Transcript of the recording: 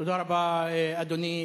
תודה רבה, אדוני.